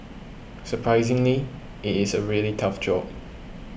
surprisingly it is a really tough job